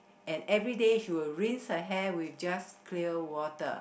and everyday she will rinse her hair with just clear water